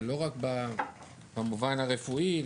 לא רק במובן הרפואי,